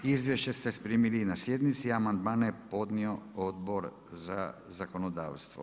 Izvješće ste primili na sjednici, amandmane je podnio Odbor za zakonodavstvo.